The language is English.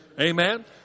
Amen